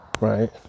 right